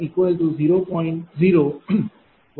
01110391p